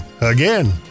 again